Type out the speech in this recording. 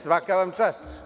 Svaka vam čast.